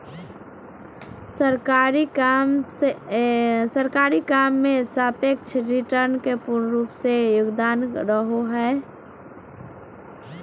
सरकारी काम मे सापेक्ष रिटर्न के पूर्ण रूप से योगदान रहो हय